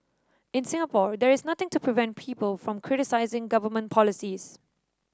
in Singapore there is nothing to prevent people from criticising government policies